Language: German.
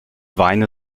weine